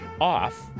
off